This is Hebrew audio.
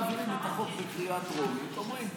מעבירים את החוק בקריאה טרומית ואומרים: